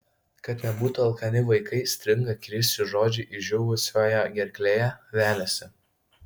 kad nebūtų alkani vaikai stringa krisiui žodžiai išdžiūvusioje gerklėje veliasi